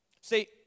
See